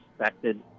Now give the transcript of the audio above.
expected